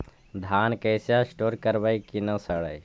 धान कैसे स्टोर करवई कि न सड़ै?